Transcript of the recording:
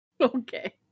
Okay